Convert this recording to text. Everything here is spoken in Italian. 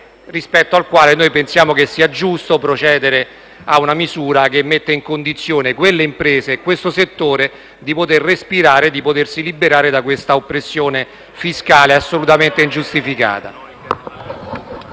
settore. Noi pensiamo che sia giusto procedere a una misura che metta in condizione quelle imprese e questo settore di poter respirare e di potersi liberare da un'oppressione fiscale assolutamente ingiustificata.